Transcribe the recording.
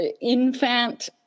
infant